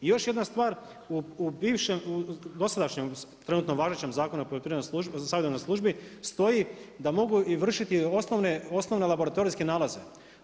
I još jedna stvar, u bivšem, u dosadašnjem, trenutno važećem zakonom o poljoprivrednoj, savjetodavnoj službi, stoji da mogu vršiti i osnovna laboratorijske nalaze.